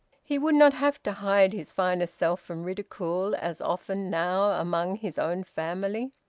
he would not have to hide his finest self from ridicule, as often now, among his own family.